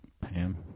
Pam